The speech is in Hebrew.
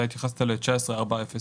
אתה התייחסת ל-19/4/001.